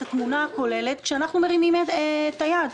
התמונה הכוללת כשאנחנו מרימים את היד,